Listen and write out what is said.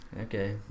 Okay